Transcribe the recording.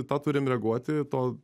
į tą turim reaguoti to